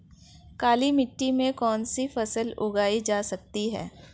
काली मिट्टी में कौनसी फसल उगाई जा सकती है?